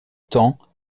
temps